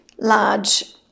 large